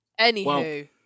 Anywho